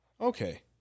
Okay